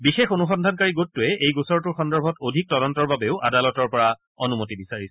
বিশেষ অনুসন্ধানকাৰী গোটটোৱে এই গোচৰটোৰ সন্দৰ্ভত অধিক তদন্তৰ বাবেও আদালতৰ পৰা অনুমতি বিচাৰিছে